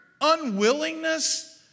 unwillingness